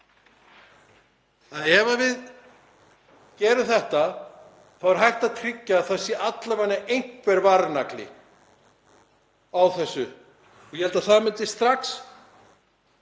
Ef við gerum þetta þá er hægt að tryggja að það sé alla vega einhver varnagli á þessu. Ég held að það myndi strax